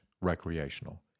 recreational